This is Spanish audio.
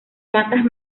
bandas